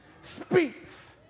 speaks